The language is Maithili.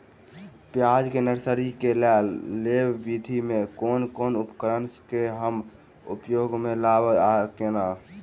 प्याज केँ नर्सरी केँ लेल लेव विधि म केँ कुन उपकरण केँ हम उपयोग म लाब आ केना?